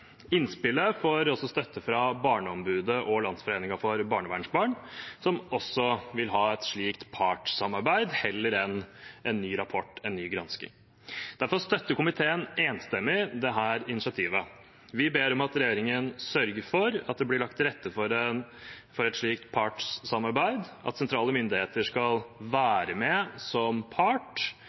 Innspillet får også støtte fra Barneombudet og Landsforeningen for barnevernsbarn, som også vil ha et slikt partssamarbeid heller enn en ny rapport, en ny gransking. Derfor støtter komiteen enstemmig dette initiativet. Vi ber om at regjeringen sørger for at det blir lagt til rette for et slikt partssamarbeid, at sentrale myndigheter skal være med som part,